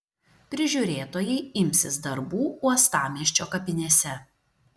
prižiūrėtojai imsis darbų uostamiesčio kapinėse